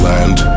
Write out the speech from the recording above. Land